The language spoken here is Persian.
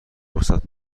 فرصت